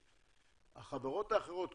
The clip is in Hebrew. החברות האחרות,